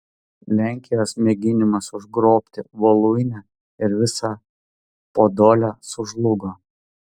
lenkijos mėginimas užgrobti voluinę ir visą podolę sužlugo